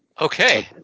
Okay